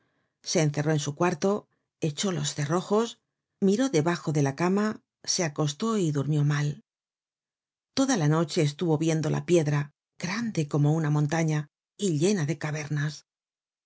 se encerró en su cuarto echó los cerrojos miró debajo de la cama se acostó y durmió mal toda la noche estuvo viendo la piedra grande como una montaña y llena de cavernas